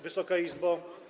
Wysoka Izbo!